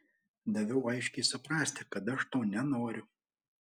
daviau aiškiai suprasti kad aš to nenoriu